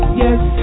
yes